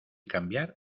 cambiar